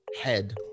head